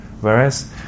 Whereas